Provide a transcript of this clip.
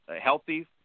healthy